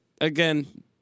again